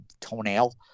toenail